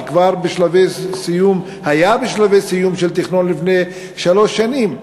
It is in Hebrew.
שכבר היה בשלבי סיום תכנון לפני שלוש שנים,